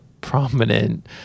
prominent